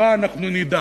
ונדע